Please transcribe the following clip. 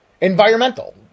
Environmental